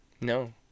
No